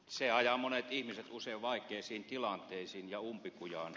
se ajaa monet ihmiset usein vaikeisiin tilanteisiin ja umpikujaan